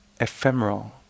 ephemeral